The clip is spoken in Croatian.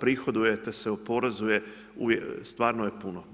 prihoduje, te se oporezuje, stvarno je puno.